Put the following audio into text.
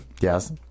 Yes